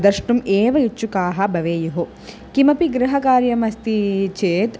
द्रष्टुम् एव इच्छुकाः भवेयुः किमपि गृहकार्यम् अस्ति चेत्